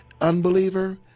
Unbeliever